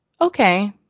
Okay